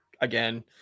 again